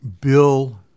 Bill